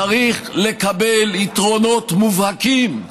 צריך לקבל יתרונות מובהקים.